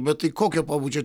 bet tai kokio pobūdžio